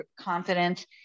confidence